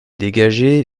dégagées